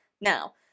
Now